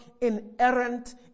inerrant